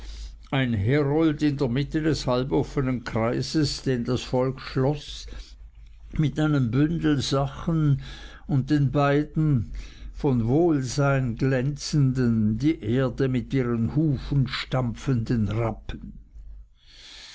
ein herold in der mitte des halboffenen kreises den das volk schloß mit einem bündel sachen und den beiden von wohlsein glänzenden die erde mit ihren hufen stampfenden rappen